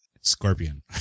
Scorpion